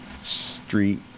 street